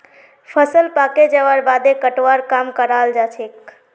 फसल पाके जबार बादे कटवार काम कराल जाछेक